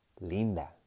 Linda